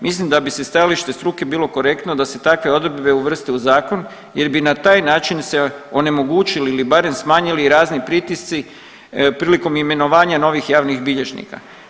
Mislim da bi se stajalište struke bilo korektno da se takve odredbe uvrste u zakon jer bi na taj način se onemogućili ili barem smanjili razni pritisci prilikom imenovanja novih javnih bilježnika.